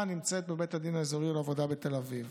נמצאים בבית הדין האזורי לעבודה בתל אביב.